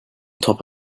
top